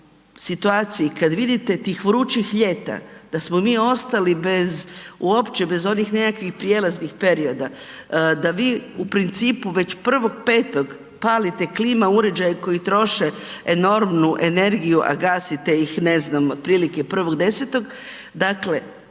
situaciji kada vidite tih vrućih ljeta da smo mi ostali bez, uopće bez onih nekakvih prijelaznih perioda, da vi u principu već 1.5. palite klima uređaje koji troše enormnu energiju a gasite ih ne znam otprilike 1.10. Dakle